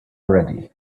ready